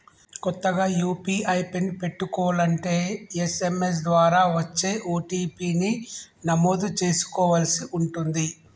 కొత్తగా UPI PIN పెట్టుకోలంటే SMS ద్వారా వచ్చే ఓ.టీ.పీ ని నమోదు చేసుకోవలసి ఉంటుంది